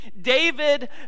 David